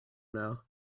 now